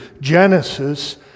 Genesis